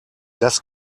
das